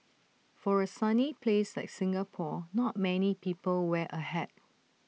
for A sunny place like Singapore not many people wear A hat